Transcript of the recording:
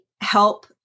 help